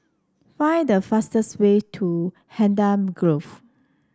find the fastest way to Hacienda Grove